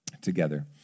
together